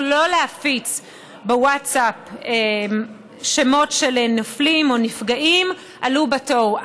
לא להפיץ בווטסאפ שמות של נופלים או נפגעים עלו בתוהו.